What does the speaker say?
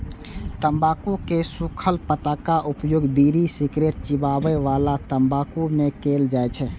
तंबाकू के सूखल पत्ताक उपयोग बीड़ी, सिगरेट, चिबाबै बला तंबाकू मे कैल जाइ छै